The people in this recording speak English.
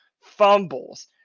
fumbles